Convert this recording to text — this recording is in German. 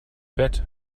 bett